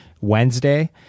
Wednesday